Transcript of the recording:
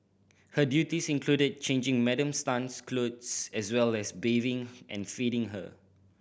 her duties included changing Madam Tan's clothes as well as bathing and feeding her